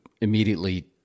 immediately